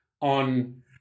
on